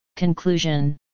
Conclusion